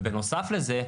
ובנוסף לזה,